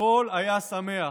הכול היה שמח.